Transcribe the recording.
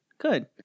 good